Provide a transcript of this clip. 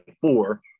four